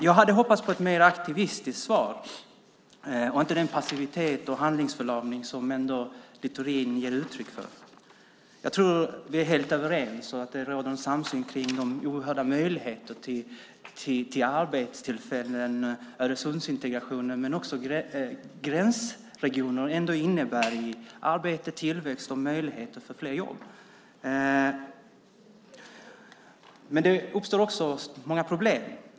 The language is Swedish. Jag hade hoppats på ett mer aktivistiskt svar i stället för den passivitet och handlingsförlamning som Littorin ger uttryck för. Jag tror att det råder en samsyn om de goda möjligheterna till arbetstillfällen vad gäller Öresundsintegrationen men också att gränsregioner innebär arbete, tillväxt och möjligheter till fler jobb. Det uppstår också många problem.